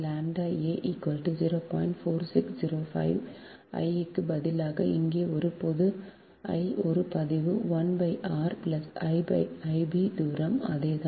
4605 I க்கு பதிலாக இங்கே ஒரு பொது I ஒரு பதிவு 1 r I b தூரம் அதே தான்